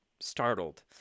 startled